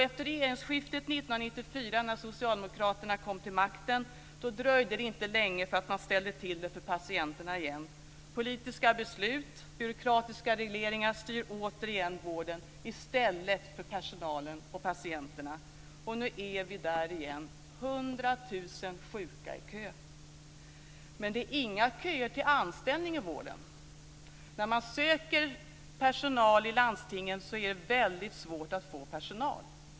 Efter regeringsskiftet 1994 när Socialdemokraterna kom till makten dröjde det inte länge förrän man ställde till det för patienterna igen. Politiska beslut och byråkratiska regleringar styrde återigen vården i stället för personalen och patienterna. Nu är vi där igen, 100 000 sjuka i kö. Men det är inga köer till anställning i vården. När man söker personal i landstingen är det väldigt svårt att få folk.